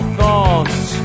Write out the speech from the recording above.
thoughts